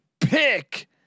pick